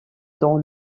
dans